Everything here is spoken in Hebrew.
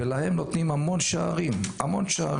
ולהם נותנים המון שערים מסביב.